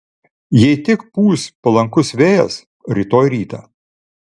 jei tik pūs palankus vėjas rytoj rytą